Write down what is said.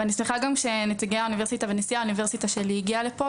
ואני שמחה גם שנציגי האוניברסיטה ונשיא האוניברסיטה שלי הגיע לפה,